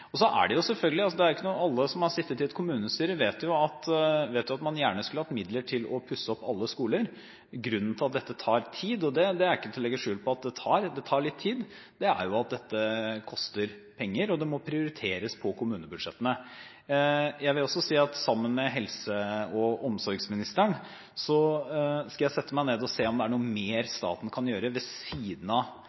Alle som har sittet i et kommunestyre, vet at man gjerne skulle hatt midler til å pusse opp alle skoler. Grunnen til at dette tar tid – og det er ikke til å legge skjul på at det tar litt tid – er at det koster penger. Det må prioriteres i kommunebudsjettene. Jeg vil også si at sammen med helse- og omsorgsministeren skal jeg sette meg ned og se på om det er noe mer staten kan gjøre – ved siden av